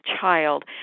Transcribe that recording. child